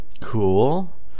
Cool